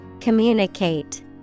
Communicate